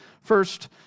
first